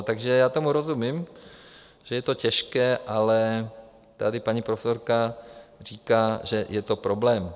Takže já tomu rozumím, že je to těžké, ale tady paní profesorka říká, že je to problém.